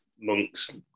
monks